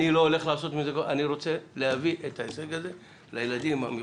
אני רוצה להביא את ההישג הזה לילדים המיוחדים.